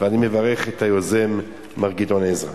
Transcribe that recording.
ואני מברך את היוזם מר גדעון עזרא.